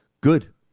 good